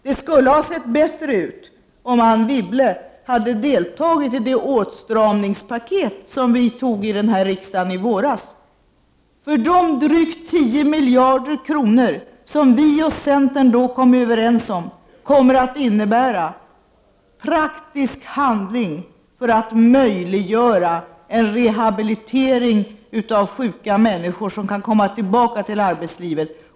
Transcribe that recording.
Det skulle ha sett bättre ut om Anne Wibble hade deltagit i det beslut vi fattade här i riksdagen i våras om ett åtstramningspaket. De drygt 10 miljarder kronor som socialdemokraterna och centern kom överens om kommer nämligen att innebära praktisk handling i syfte att möjliggöra en rehabilitering av sjuka människor så att de kan komma tillbaka till arbetslivet.